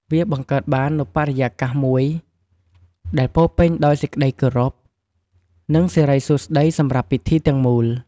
វាបង្កើតបាននូវបរិយាកាសមួយដែលពោរពេញដោយសេចក្តីគោរព និងសិរីសួស្តីសម្រាប់ពិធីទាំងមូល។